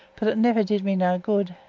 but it never did me no good.